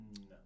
No